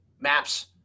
maps